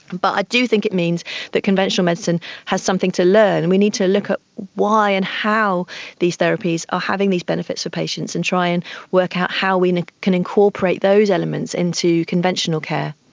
but i do think it means that conventional medicine has something to learn and we need to look at why and how these therapies are having these benefits for patients and try and work out how we can incorporate those elements into conventional care.